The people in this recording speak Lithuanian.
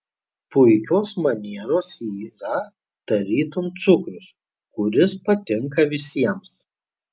puikios manieros yra tarytum cukrus kuris patinka visiems